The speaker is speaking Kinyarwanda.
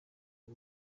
uyu